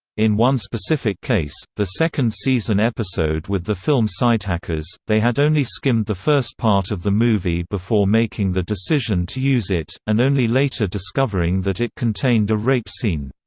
in one specific case, the second-season episode with the film sidehackers, they had only skimmed the first part of the movie before making the decision to use it, and only later discovering that it contained a rape scene.